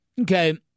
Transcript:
Okay